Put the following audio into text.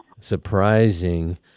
surprising